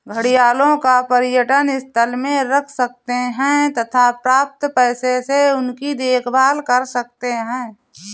घड़ियालों को पर्यटन स्थल में रख सकते हैं तथा प्राप्त पैसों से उनकी देखभाल कर सकते है